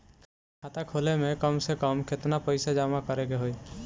खाता खोले में कम से कम केतना पइसा जमा करे के होई?